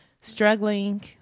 struggling